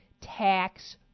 tax